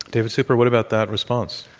david super, what about that response?